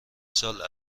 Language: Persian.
سال